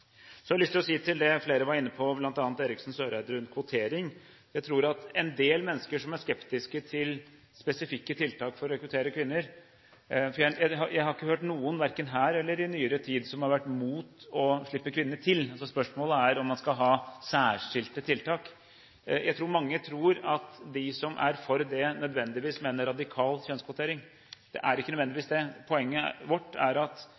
Så har jeg lyst til å si til det flere var inne på, bl.a. Eriksen Søreide, rundt kvotering. Jeg tror at en del mennesker er skeptiske til spesifikke tiltak for å rekruttere kvinner. Jeg har ikke hørt noen verken her eller i nyere tid som har vært imot å slippe kvinner til, spørsmålet er om man skal ha særskilte tiltak. Jeg tror mange tror at de som er for det, mener radikal kjønnskvotering. Det er ikke nødvendigvis det. Poenget vårt er at